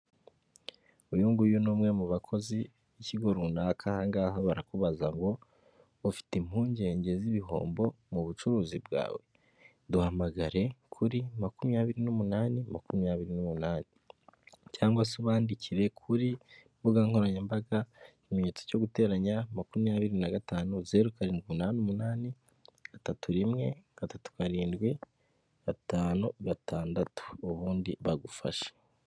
Uyu nguyu ni umwe mu bakozi b'ikigo runaka aha ngaha barakubaza ngo ufite impungenge z'ibihombo mu bucuruzi bwawe? Duhamagare kuri makumyabiri n'umunani makumyabiri n'umunani, cyangwa se ubandikire kuri imbuga nkoranyambaga ikimenyetso cyo guteranya makumyabiri na gatanu, zeru karindwi umunani umunani, gatatu rimwe, gatatu karindwi, gatanu gatandatu ubundi bagufashe.